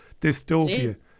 dystopia